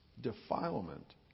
defilement